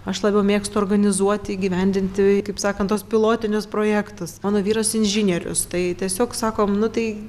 aš labiau mėgstu organizuoti įgyvendinti kaip sakant tuos pilotinius projektus mano vyras inžinierius tai tiesiog sakom nu tai